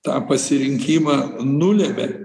tą pasirinkimą nulemia